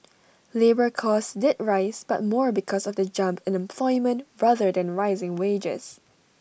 labour costs did rise but more because of the jump in employment rather than rising wages